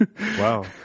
Wow